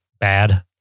bad